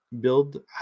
build